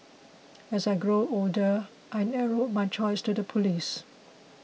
as I grew older I narrowed my choice to the police